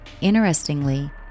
Interestingly